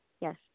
Yes